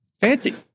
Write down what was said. Fancy